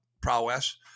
prowess